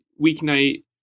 weeknight